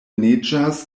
neĝas